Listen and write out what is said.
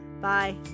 Bye